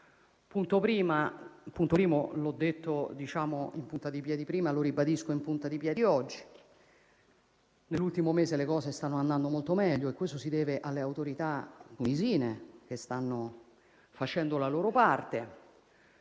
Punto primo, l'ho detto in punta di piedi prima e lo ribadisco in punta di piedi oggi: nell'ultimo mese le cose stanno andando molto meglio e questo si deve alle autorità tunisine che stanno facendo la loro parte,